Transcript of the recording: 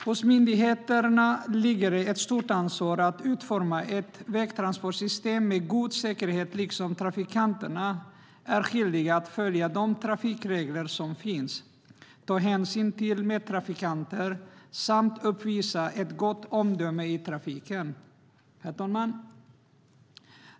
Hos myndigheterna ligger ett stort ansvar att utforma ett vägtransportsystem med god säkerhet, och trafikanterna är skyldiga att följa de trafikregler som finns, ta hänsyn till medtrafikanter samt uppvisa ett gott omdöme i trafiken. Herr talman!